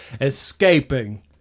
escaping